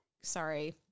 sorry